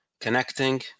connecting